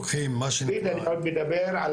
מופיד, אני עוד מדבר על